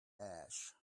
ash